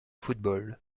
football